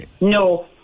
no